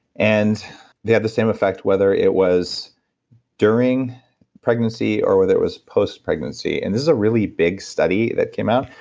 and they have the same effect whether it was during pregnancy or whether it was post pregnancy. and this is a really big study that came out.